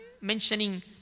mentioning